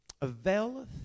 availeth